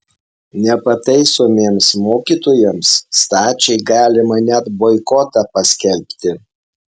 nepataisomiems mokytojams stačiai galima net boikotą paskelbti